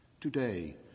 today